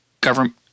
government